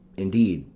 indeed,